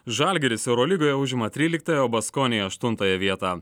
žalgiris eurolygoje užima tryliktąją o baskonija aštuntąją vietą